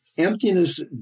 emptiness